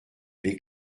les